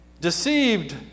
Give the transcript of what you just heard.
deceived